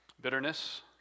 Bitterness